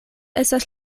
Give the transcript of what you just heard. estas